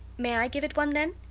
may i give it one then?